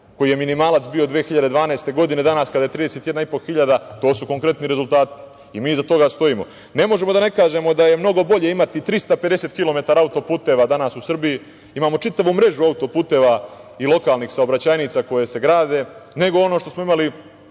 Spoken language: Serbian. koji je minimalac bio 2012. godine, a danas kada je 31,5 hiljada to su konkretni rezultati i mi iza toga stojimo. Ne možemo da ne kažemo da je mnogo bolje imati 350 kilometara autoputeva danas u Srbiji, imamo čitavu mrežu autoputeva i lokalnih saobraćajnica koje se grade, nego ono što smo imali